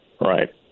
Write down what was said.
Right